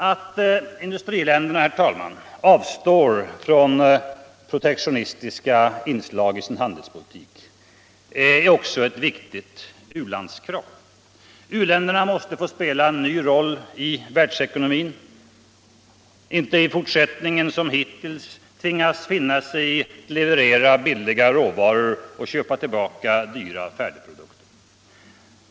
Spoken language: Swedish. Att industriländerna, herr talman, avstår från protektionistiska inslag i sin handelspolitik är också ett viktigt u-landskrav. U-länderna måste få spela en ny roll i världsekonomin, inte i fortsättningen som hittills tvingas finna sig i att leverera billiga råvaror och köpa tillbaka dyra färdigprodukter.